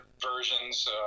versions